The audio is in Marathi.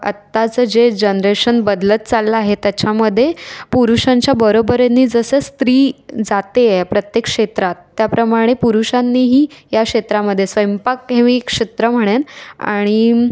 आत्ताचं जे जनरेशन बदलत चाललं आहे त्याच्यामध्ये पुरुषांच्या बरोबरीने जसं स्त्री जाते आहे प्रत्येक क्षेत्रात त्याप्रमाणे पुरुषांनीही या क्षेत्रामध्ये स्वयंपाक हे मी एक क्षेत्र म्हणेन आणि